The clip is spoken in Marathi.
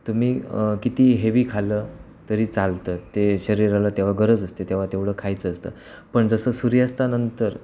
तुम्ही किती हेवी खाल्लं तरी चालतं ते शरीराला तेव्हा गरज असते तेव्हा तेवढं खायचं असतं पण जसं सूर्यास्तानंतर